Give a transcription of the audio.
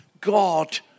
God